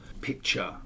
picture